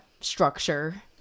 structure